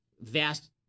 vast